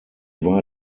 war